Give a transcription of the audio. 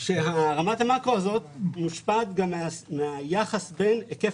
רמת המקרו הזאת מושפעת גם מהיחס בין היקף